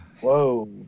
Whoa